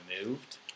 removed